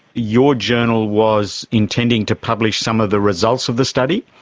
your journal was intending to publish some of the results of the study?